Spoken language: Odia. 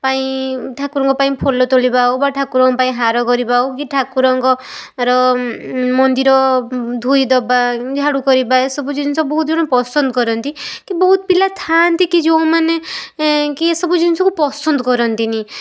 ପାଇଁ ଠାକୁରଙ୍କ ପାଇଁ ଫୁଲ ତୋଳିବା ହେଉ କି ଠାକୁରଙ୍କ ପାଇଁ ହାର କରିବା ହେଉ କି ଠାକୁରଙ୍କର ମନ୍ଦିର ଧୋଇଦେବା ଝାଡ଼ୁକରିବା ଏସବୁ ଜିନିଷ ବହୁତ ଜଣ ପସନ୍ଦ କରନ୍ତି କି ବହୁତ ପିଲା ଥାଆନ୍ତି କି ଯେଉଁମାନେ କି ଏସବୁ ଜିନିଷକୁ ପସନ୍ଦ କରନ୍ତିନି